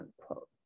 unquote